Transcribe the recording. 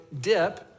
dip